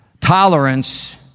tolerance